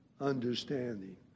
understanding